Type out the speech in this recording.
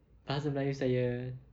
bahasa melayu saya